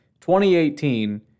2018